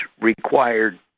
required